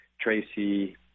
Tracy